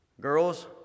Girls